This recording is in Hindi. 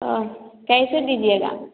कैसे दीजिएगा